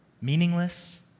meaningless